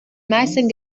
meisten